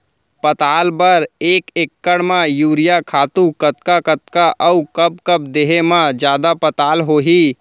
पताल बर एक एकड़ म यूरिया खातू कतका कतका अऊ कब कब देहे म जादा पताल होही?